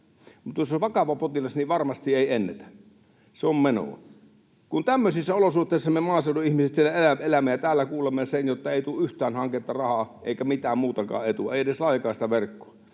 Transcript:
Mutta jos on vakavasti sairas potilas, niin varmasti ei ennätä, se on menoa. Tämmöisissä olosuhteissa me maaseudun ihmiset siellä elämme ja täällä kuulemme sen, että ei tule yhtään hanketta tai rahaa eikä mitään muutakaan tule, ei edes laajakaistaverkkoa.